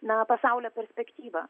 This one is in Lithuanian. na pasaulio perspektyvą